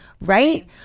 Right